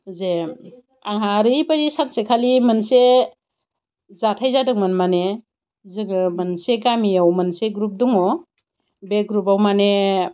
जे आंहा ओरैबायदि सानसेखालि मोनसे जाथाय जादोंमोन माने जोङो मोनसे गामियाव मोनसे ग्रुप दङ बे ग्रुपआव माने